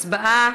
הצבעה.